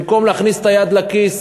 במקום להכניס את היד לכיס